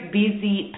busy